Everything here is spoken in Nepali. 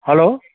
हेलो